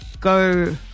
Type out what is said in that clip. go